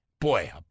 Boy